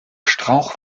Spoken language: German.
strauch